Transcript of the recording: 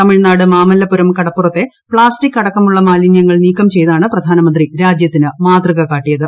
തമിഴ്നാട് മാമല്ലപുരം കടപ്പുറത്തെ പ്ലാസ്റ്റിക് അടക്കമുള്ള മാലിനൃങ്ങൾ നീക്കം ചെയ്താണ് പ്രധാനമന്ത്രി രാജൃത്തിന് മാതൃക കാട്ടിയത്